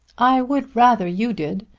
i would rather you did.